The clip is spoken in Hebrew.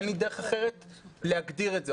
אין לי דרך אחרת להגדיר את זה.